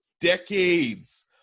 decades